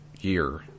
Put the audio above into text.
year